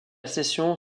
session